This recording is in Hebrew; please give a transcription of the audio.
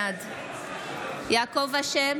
בעד יעקב אשר,